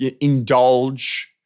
indulge